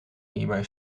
hierbij